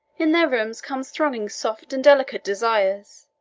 in their rooms come thronging soft and delicate desires,